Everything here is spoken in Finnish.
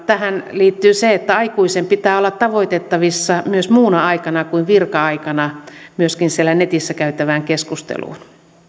tähän liittyy se että aikuisen pitää olla tavoitettavissa myös muuna aikana kuin virka aikana myöskin siellä netissä käytävään keskusteluun